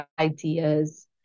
ideas